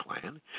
plan